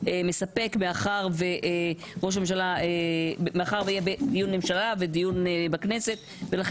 מספק מאחר שיהיה דיון בממשלה ודיון בכנסת ולכן